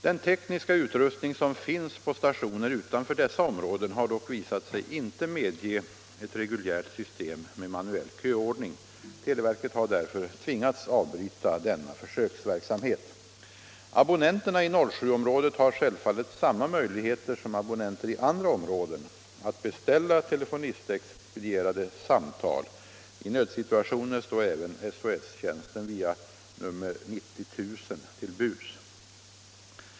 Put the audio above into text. Den tekniska utrustning som finns på stationer utanför dessa områden har dock visat sig inte medge ett reguljärt system med manuell köordning. Televerket har därför tvingats avbryta denna försöksverksamhet. Abonnenterna i 07-området har självfallet samma möjligheter som abonnenter i andra områden att beställa telefonistexpedierade samtal. I nödsituationer står även SOS-tjänsten via nummer 90 000 till buds.